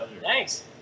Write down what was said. Thanks